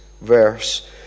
verse